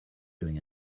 doing